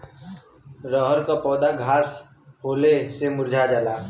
रहर क पौधा घास होले से मूरझा जाला